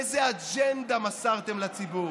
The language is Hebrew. איזו אג'נדה מסרתם לציבור?